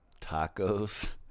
Tacos